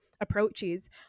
approaches